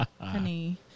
Honey